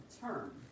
term